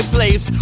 place